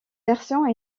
version